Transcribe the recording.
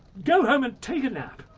go home and take a nap!